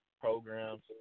programs